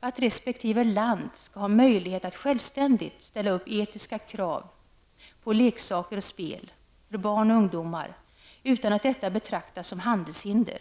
att resp. land skall ha möjlighet att självständigt ställa upp i etiska krav på leksaker och spel för barn och ungdomar utan att det betraktas som handelshinder.